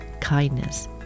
kindness